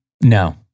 No